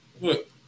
Look